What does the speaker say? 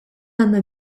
għandna